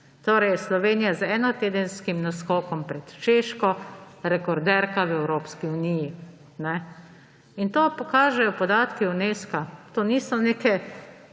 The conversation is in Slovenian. Torej je Slovenija z enotedenskim naskokom pred Češko rekorderka v Evropski uniji. In to pokažejo podatki Unesca. To niso neke